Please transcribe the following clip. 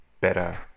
better